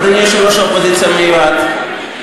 אדוני יושב-ראש האופוזיציה המיועד,